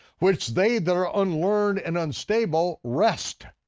which they that are unlearned and unstable wrest.